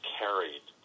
carried